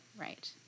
Right